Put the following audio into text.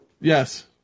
Yes